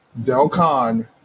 Delcon